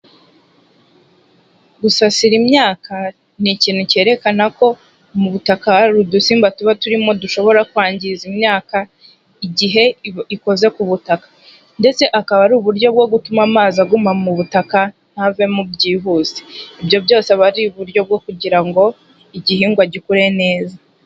Gusasira imyaka ni ikintu cyerekana ko mu butaka hari udusimba tuba turimo dushobora kwangiza imyaka igihe ikoze ku butaka ndetse akaba ari uburyo bwo gutuma amazi aguma mu butaka ntavemo byihuse, ibyo byose aba ari i uburyo bwo kugira ngo igihingwa agikure neza.